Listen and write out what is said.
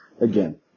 Again